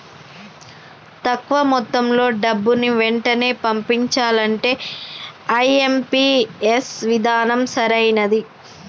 తక్కువ మొత్తంలో డబ్బుని వెంటనే పంపించాలంటే ఐ.ఎం.పీ.ఎస్ విధానం సరైనది